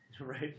Right